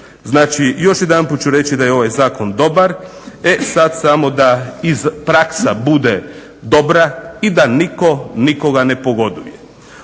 Znači, još jedanput ću reći da je ovaj zakon dobar. E sad samo da praksa bude dobra i da nitko nikoga ne pogoduje.